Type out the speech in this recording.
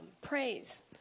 Praise